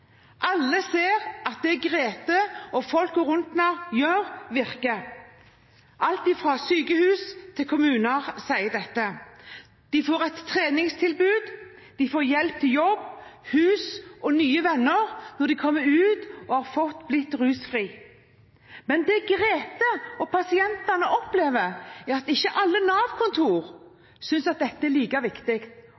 Alle ser at det Grete og menneskene rundt henne gjør, virker. Alt fra sykehus til kommuner sier dette. Folk får et treningstilbud, de får hjelp til jobb, hus og nye venner når de kommer ut og har blitt rusfrie. Men det Grete og pasientene opplever, er at ikke alle